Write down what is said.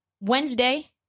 Wednesday